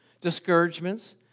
discouragements